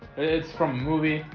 it's from movie.